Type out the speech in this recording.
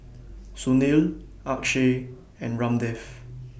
Sunil Akshay and Ramdev